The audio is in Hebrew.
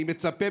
אני מצפה,